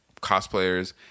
cosplayers